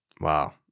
Wow